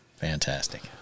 fantastic